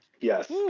Yes